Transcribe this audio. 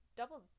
double